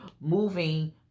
moving